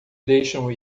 deixam